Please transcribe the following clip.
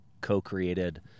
co-created